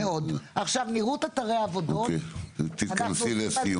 עכשיו, נראות אתרי העבודות -- תתכנסי לסיום.